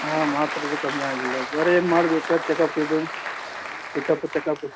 ಹಾಂ ಮಾತ್ರೆದು ಕಮ್ಮಿ ಆಗಿಲ್ಲ ಬೆರೇನು ಮಾಡಬೇಕಾ ಚೆಕಪ್ಪಿದು ಚೆಕಪ್ಪು ಚೆಕಪ್ಪು